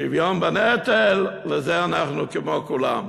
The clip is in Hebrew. שוויון בנטל, לזה אנחנו כמו כולם.